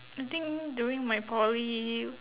I think during my poly